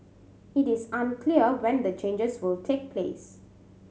it is unclear when the changes will take place